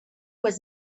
was